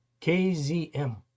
KZM